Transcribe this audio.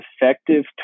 effective